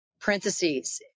parentheses